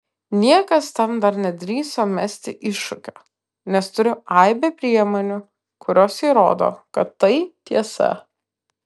niekas tam dar nedrįso mesti iššūkio nes turiu aibę priemonių kurios įrodo kad tai tiesa